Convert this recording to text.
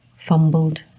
fumbled